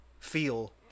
Feel